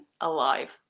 alive